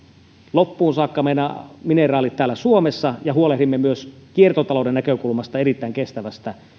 loppuun saakka meidän mineraalit täällä suomessa ja huolehdimme myös kiertotalouden näkökulmasta erittäin kestävästä